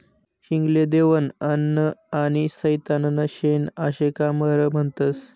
हिंग ले देवनं अन्न आनी सैताननं शेन आशे का बरं म्हनतंस?